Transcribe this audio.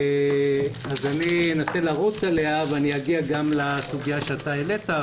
אני אנסה לרוץ עליה ואני אגיע גם לסוגיה שאתה העלית.